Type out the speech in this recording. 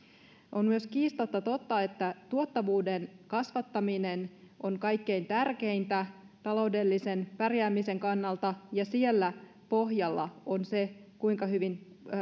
on myös kiistatta totta että tuottavuuden kasvattaminen on kaikkein tärkeintä taloudellisen pärjäämisen kannalta ja siellä pohjalla on se kuinka hyvin